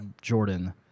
Jordan